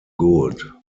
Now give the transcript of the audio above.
good